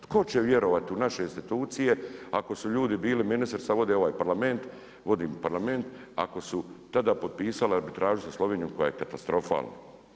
Tko će vjerovati u naše institucije ako su ljudi bili, ministrica vodi ovaj Parlament, vodi Parlament ako su tada potpisala arbitražu sa Slovenijom koja je katastrofalna.